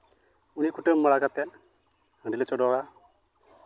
ᱩᱱᱤ ᱠᱩᱴᱟᱹᱢ ᱵᱟᱲᱟ ᱠᱟᱛᱮᱫ ᱦᱟᱺᱰᱤ ᱞᱮ ᱪᱚᱰᱚᱨᱟ